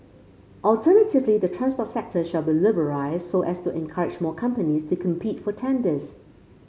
alternatively the transport sector shall be liberalised so as to encourage more companies to compete for tenders